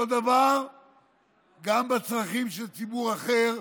אותו דבר גם בצרכים של ציבור אחר,